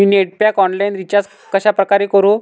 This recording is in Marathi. मी नेट पॅक ऑनलाईन रिचार्ज कशाप्रकारे करु?